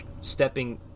stepping